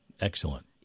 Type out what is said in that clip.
excellent